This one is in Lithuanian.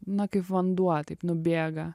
na kaip vanduo taip nubėga